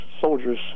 soldiers